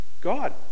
God